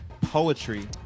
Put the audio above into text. poetry